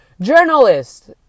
journalist